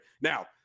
Now